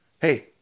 hey